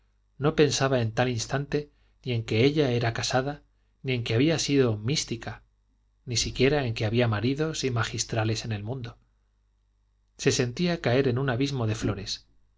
no pensaba en tal instante ni en que ella era casada ni en que había sido mística ni siquiera en que había maridos y magistrales en el mundo se sentía caer en un abismo de flores